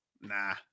Nah